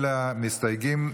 אלה המסתייגים,